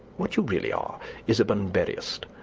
what you really are is a bunburyist.